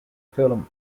film